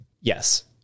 Yes